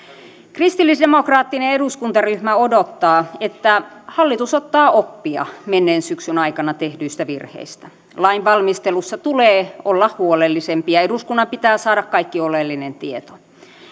kristillisdemokraattinen eduskuntaryhmä odottaa että hallitus ottaa oppia menneen syksyn aikana tehdyistä virheistä lainvalmistelussa tulee olla huolellisempi ja eduskunnan pitää saada kaikki oleellinen tieto